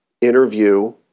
interview